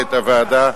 למנהלת הוועדה,